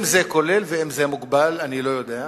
אם זה כולל ואם זה מוגבל, אני לא יודע.